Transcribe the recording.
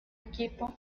equipo